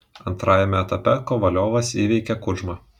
antrajame etape kovaliovas įveikė kudžmą